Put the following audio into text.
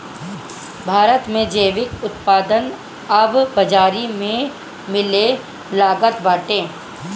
भारत में जैविक उत्पाद अब बाजारी में मिलेलागल बाटे